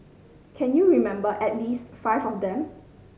can you remember at least five of them